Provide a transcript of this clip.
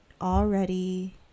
already